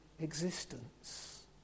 existence